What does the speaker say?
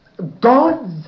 God's